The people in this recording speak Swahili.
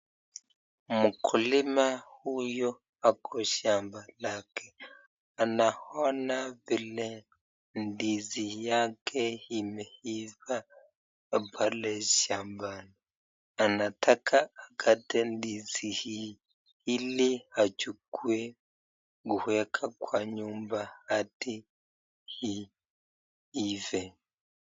Mkulima huyu ako shamba lake. Anaona vile ndizi yake imeiva pale shambani. Anataka akate ndizi hii , ili achukue kuweka kwa nyumba hadi iive .